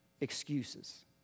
excuses